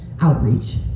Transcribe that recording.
outreach